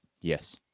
Yes